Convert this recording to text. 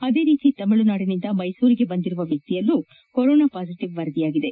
ಅದೇ ರೀತಿ ತಮಿಳುನಾಡಿನಿಂದ ಮೈಸೂರಿಗೆ ಬಂದಿರುವ ವ್ವಕ್ತಿಯಲ್ಲೂ ಕೊರೊನಾ ಪಾಸಿಟಿವ್ ವರದಿಯಾಗಿದೆ